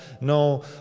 no